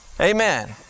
Amen